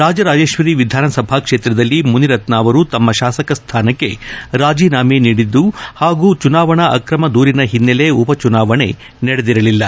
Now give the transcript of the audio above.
ರಾಜರಾಜೀಶ್ವರಿ ವಿಧಾನಸಭಾ ಕ್ಷೇತ್ರದಲ್ಲಿ ಮುನಿರತ್ನ ಅವರು ತಮ್ಮ ತಾಸಕ ಸ್ವಾನಕ್ಕೆ ರಾಜೀನಾಮೆ ನೀಡಿದ್ದು ಹಾಗೂ ಚುನಾವಣಾ ಅಕ್ರಮ ದೂರಿನ ಹಿನ್ನೆಲೆ ಉಪಚುನಾವಣೆ ನಡೆದಿರಲಿಲ್ಲ